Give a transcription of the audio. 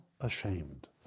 ashamed